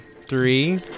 Three